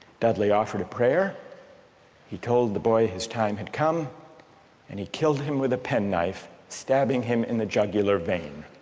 dudley offered a prayer he told a the boy his time had come and he killed him with a pen knife stabbing him in the jugular vein.